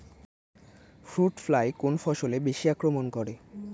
Fruit fly কোন ফসলে বেশি আক্রমন করে?